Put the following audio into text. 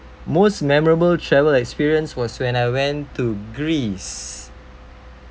most memorable travel experience was when I went to greece